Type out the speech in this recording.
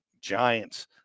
giants